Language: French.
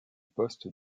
poste